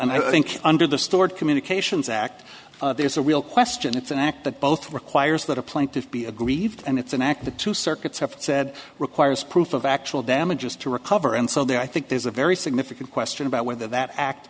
and i think under the stored communications act there's a real question it's an act that both requires that a plaintiff be aggrieved and it's an act the two circuits have said requires proof of actual damages to recover and so there i think there's a very significant question about whether that act